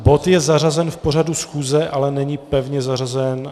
Bod je zařazen v pořadu schůze, ale není pevně zařazen.